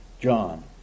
John